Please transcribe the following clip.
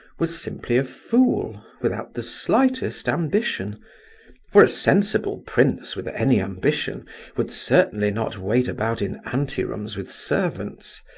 was simply a fool, without the slightest ambition for a sensible prince with any ambition would certainly not wait about in ante-rooms with servants,